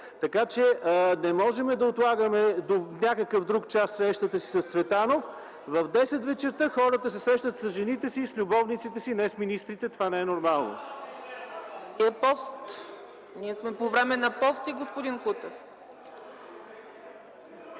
така че не можем да отлагаме до някакъв друг час срещата си с Цветанов. В 10 вечерта хората се срещат с жените си и с любовниците си, не с министрите – това не е нормално.